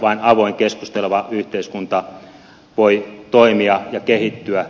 vain avoin keskusteleva yhteiskunta voi toimia ja kehittyä